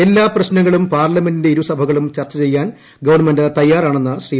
എല്ലാ പ്രശ്നങ്ങളും പാർലമെന്റിന്റെ ഇരുസഭകളിലും ചർച്ച ചെയ്യാൻ ഗവൺമെന്റ് തയ്യാറാണെന്ന് ശ്രീ